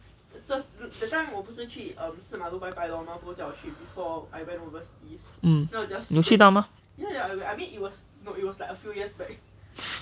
um 你有去到吗